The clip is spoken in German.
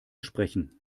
sprechen